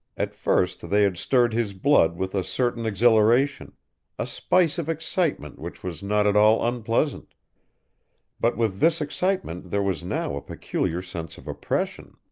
at first they had stirred his blood with a certain exhilaration a spice of excitement which was not at all unpleasant but with this excitement there was now a peculiar sense of oppression.